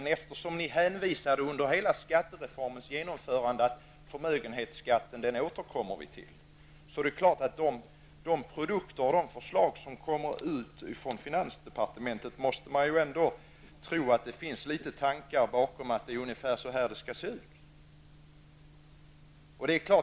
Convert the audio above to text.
Men eftersom ni under hela skattereformens genomförande hänvisade till att regeringen skulle återkomma till förmögenhetsbeskattningen, är det självklart att man ändå måste tro att det finns litet tankar bakom de produkter och förslag som kommer från finansdepartementet. Det är ungefär så här det skall se ut.